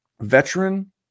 veteran